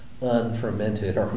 unfermented